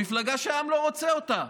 מפלגה שהעם לא רוצה אותה,